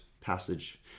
passage